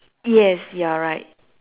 yes you're right